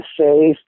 safe